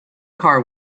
car